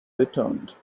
returned